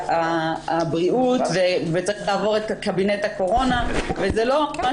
הבריאות וזה צריך לעבור את קבינט הקורונה וזה לא מה